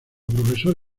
profesor